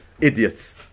idiots